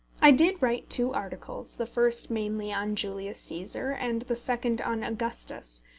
i did write two articles, the first mainly on julius caesar, and the second on augustus,